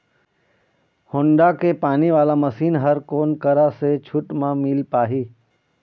Honda के पानी वाला मशीन हर कोन करा से छूट म मिल पाही?